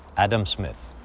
adam smith.